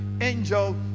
angel